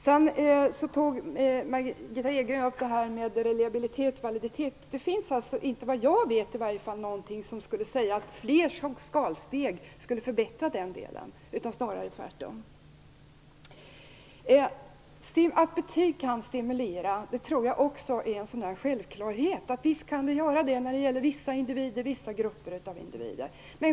Margitta Edgren tog också upp frågan om reliabilitet och validitet. Såvitt jag vet finns det inget som säger att fler skalsteg skulle förbättra den delen - snarare tvärtom. Att betyg kan stimulera tror jag också är en självklarhet. Visst kan betyg stimulera vissa individer och vissa grupper av individer.